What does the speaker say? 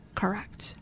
correct